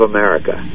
America